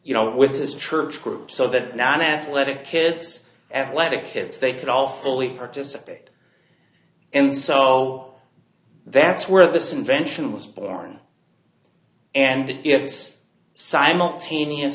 you know with his church group so that non athletic kids have led to kids they could all fully participate and so that's where this invention was born and it's simultaneous